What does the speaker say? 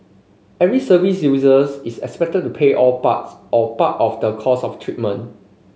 every service users is expected to pay all parts or part of the cost of treatment